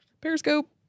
Periscope